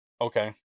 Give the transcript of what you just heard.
Okay